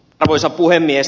arvoisa puhemies